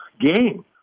game